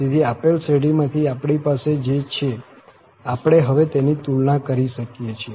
તેથી આપેલ શ્રેઢીમાંથી આપણી પાસે જે છે આપણે હવે તેની તુલના કરી શકીએ છીએ